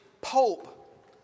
Pope